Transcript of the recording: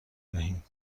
دهیم